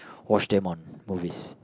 watched them on movies